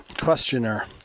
questioner